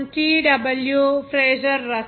W Fraser Russell